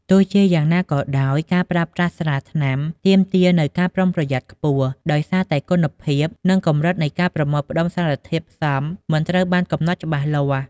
ទោះជាយ៉ាងណាក៏ដោយ ការប្រើប្រាស់ស្រាថ្នាំទាមទារនូវ ការប្រុងប្រយ័ត្នខ្ពស់ ដោយសារតែគុណភាព និងកម្រិតនៃការប្រមូលផ្តុំសារធាតុផ្សំមិនត្រូវបានកំណត់ច្បាស់លាស់។